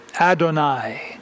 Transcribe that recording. Adonai